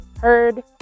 heard